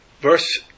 Verse